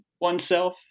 oneself